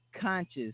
Conscious